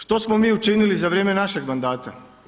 Što smo mi učinili za vrijeme našeg mandata?